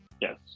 Yes